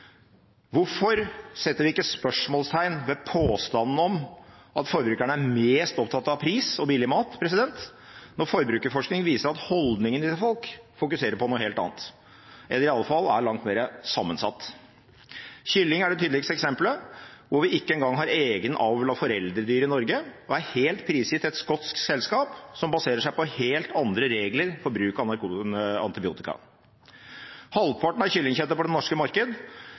Hvorfor setter vi ikke spørsmålstegn ved påstanden om at forbrukerne er mest opptatt av pris og billig mat når forbrukerforskning viser at folks holdninger fokuserer på noe helt annet, eller i alle fall er langt mer sammensatt. Kylling er det tydeligste eksemplet hvor vi ikke engang har egne avls- og foreldredyr i Norge og er helt prisgitt et skotsk selskap som baserer seg på helt andre regler for bruk av antibiotika. Halvparten av kyllingkjøttet på det norske marked